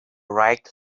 right